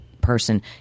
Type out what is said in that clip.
person